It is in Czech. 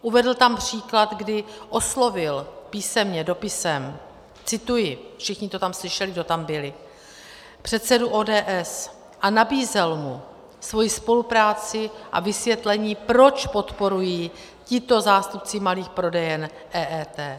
Uvedl tam příklad, kdy oslovil písemně, dopisem cituji, všichni, to tam slyšeli, kdo tam byli předsedu ODS a nabízel mu svoji spolupráci a vysvětlení, proč podporují tito zástupci malých prodejen EET.